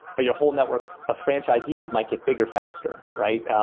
but your whole network of franchisees might get bigger faster, right?